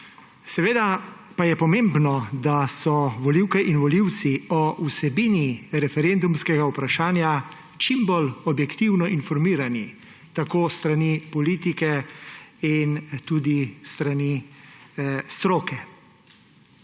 Seveda pa je pomembno, da so volivke in volivci o vsebini referendumskega vprašanja čim bolj objektivno informirani, tako s strani politike in tudi s strani stroke.